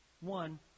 One